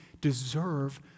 deserve